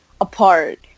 apart